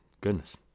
Goodness